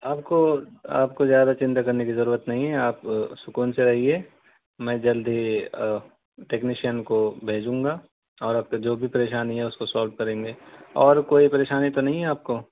آپ کو آپ کو زیادہ چنتا کرنے کی ضرورت نہیں ہے آپ سکون سے رہیے میں جلد ہی ٹیکنیشین کو بھیجوں گا اور آپ کا جو بھی پریشانی ہے اس کو سالو کریں گے اور کوئی پریشانی تو نہیں ہے آپ کو